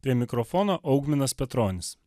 prie mikrofono augminas petronis